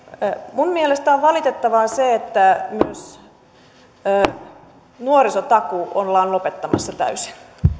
minun mielestäni on valitettavaa se että myös nuorisotakuu ollaan lopettamassa täysin